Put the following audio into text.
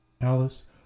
Alice